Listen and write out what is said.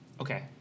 Okay